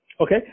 Okay